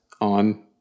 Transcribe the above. on